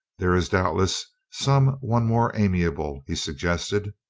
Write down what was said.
there is doubtless some one more amiable? he suggested.